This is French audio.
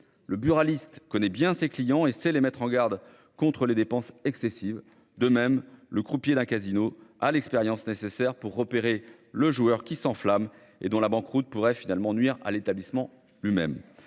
Le buraliste connaît bien ses clients et c'est les mettre en garde contre les dépenses excessives de même le croupier la Casino a l'expérience nécessaire pour repérer le joueur qui s'enflamme et dont la banqueroute pourrait finalement nuire à l'établissement lui-même